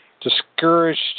Discouraged